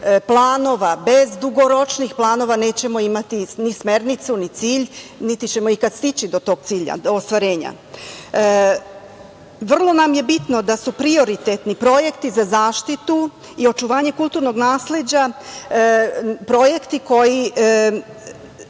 planova, bez dugoročnih planova, nećemo imati ni smernicu, ni cilj, niti ćemo ikad stići do tog cilja, ostvarenja. Vrlo nam je bitno da su prioritetni projekti za zaštitu i očuvanje kulturnog nasleđa projekti koji